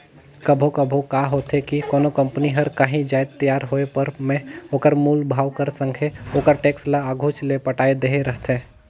कभों कभों का होथे कि कोनो कंपनी हर कांही जाएत तियार होय पर में ओकर मूल भाव कर संघे ओकर टेक्स ल आघुच ले पटाए देहे रहथे